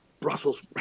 Brussels